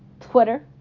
Twitter